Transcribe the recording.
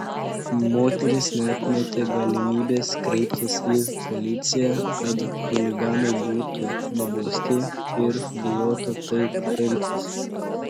moteris neatmetė galimybės kreiptis į policiją kad chuliganai būtų nubausti ir bijotų taip elgtis